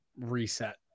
reset